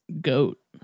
goat